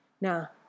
Now